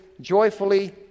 joyfully